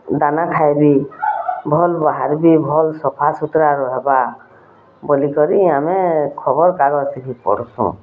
ଦାନା ଖାଏବେ ଭଲ୍ ବାହାର୍ବେ ଭଲ୍ ସଫାସୁତରା ରହେବା ବୋଲିକରି ଆମେ ଖବର୍ କାଗଜଥି ଭି ପଢ଼୍ସୁଁ